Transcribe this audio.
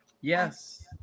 Yes